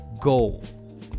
Goal